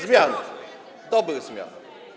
zmian, dobrych zmian.